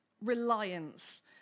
reliance